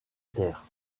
terre